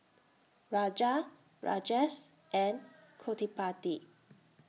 Raja Rajesh and Gottipati